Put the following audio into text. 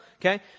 Okay